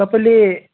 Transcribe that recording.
तपाईँले